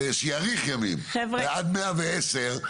ושיאריך ימים עד 110,